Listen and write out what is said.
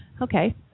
Okay